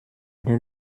don’t